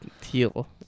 teal